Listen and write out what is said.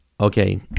okay